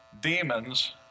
demons